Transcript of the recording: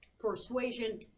persuasion